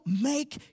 make